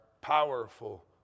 powerful